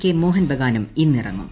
K മോഹൻ ബഗാനും ഇന്നിറങ്ങും